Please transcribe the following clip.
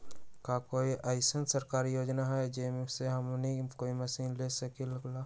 का कोई अइसन सरकारी योजना है जै से हमनी कोई मशीन ले सकीं ला?